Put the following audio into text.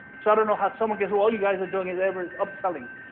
so i don't know how someone gets while you guys are doing whatever it's upselling.